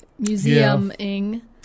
Museuming